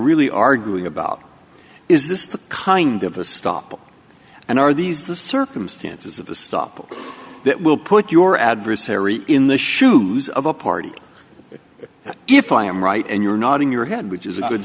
really arguing about is this the kind of a stop and are these the circumstances of a stop that will put your adversary in the shoes of a party if i am right and you're nodding your head which is a good